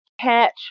catch